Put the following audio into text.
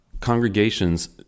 congregations